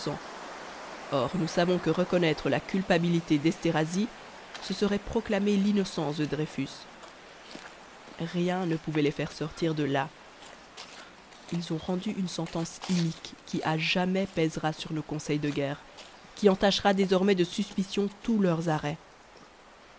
or nous savons que reconnaître la culpabilité d'esterhazy ce serait proclamer l'innocence de dreyfus rien ne pouvait les faire sortir de là ils ont rendu une sentence inique qui à jamais pèsera sur nos conseils de guerre qui entachera désormais de suspicion tous leurs arrêts